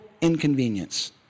inconvenience